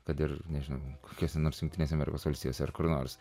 tad ir nežinau kokiose nors jungtinėse amerikos valstijose ar kur nors